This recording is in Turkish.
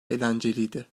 eğlenceliydi